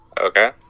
Okay